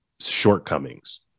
shortcomings